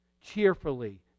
cheerfully